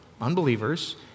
unbelievers